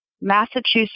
Massachusetts